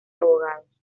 abogados